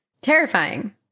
Terrifying